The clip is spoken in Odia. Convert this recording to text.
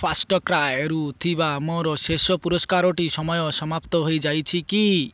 ଫାର୍ଷ୍ଟ୍କ୍ରାଏରୁ ଥିବା ମୋର ଶେଷ ପୁରସ୍କାରଟିର ସମୟ ସମାପ୍ତ ହେଇଯାଇଛି କି